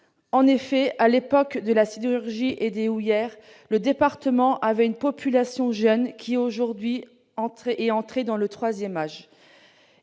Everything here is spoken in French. En effet, à l'époque de la sidérurgie et des houillères, ce département comptait une population jeune, laquelle est aujourd'hui entrée dans le troisième âge.